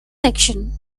section